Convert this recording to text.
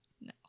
No